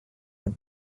but